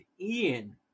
Ian